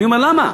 אני אומר: למה?